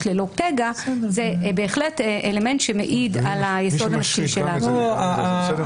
ללא פגע זה בהחלט אלמנט שמעיד על היסוד הנפשי של העבריין.